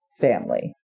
family